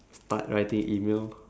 start writing email